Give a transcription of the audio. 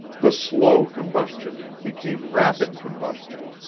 the slow combustion became rapid combustion.